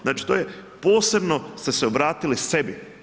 Znači to je, posebno ste se obratili sebi.